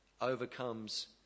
overcomes